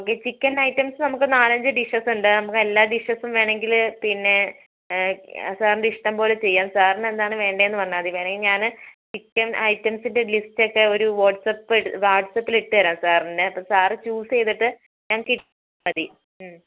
chicken items നമുക്ക് നാലഞ്ച് dishes ഉണ്ട് നമുക്ക് എല്ലാ ഡിഷസും വേണമെങ്കിൽ പിന്നെ സാറിൻ്റെ ഇഷ്ടം പോലെ ചെയ്യാം സാറിന് എന്താണ് വേണ്ടതെന്ന് പറഞ്ഞാൽ മതി വേണമെങ്കിൽ ഞാൻ ചിക്കൻ ഐറ്റംസിൻ്റെ ലിസ്റ്റ് ഒക്കെ ഒരു വാട്സ്അപ്പ് വാട്സ്അപ്പിലിട്ട് തരാം സാറിന് അപ്പോൾ സാർ ചൂസ് ചെയ്തിട്ട് ഞങ്ങൾക്ക് ഇട്ട് തന്നാൽ മതി മ്മ്മ്